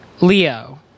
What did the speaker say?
Leo